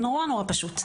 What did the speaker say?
מאוד פשוט.